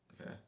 Okay